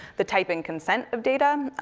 the type and consent of data,